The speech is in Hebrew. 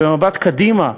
ובמבט קדימה,